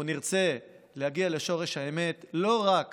אנחנו נרצה להגיע לשורש האמת, לא רק